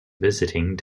visiting